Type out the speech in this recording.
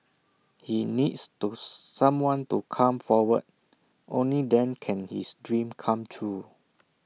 he needs to someone to come forward only then can his dream come true